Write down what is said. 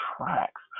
tracks